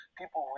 people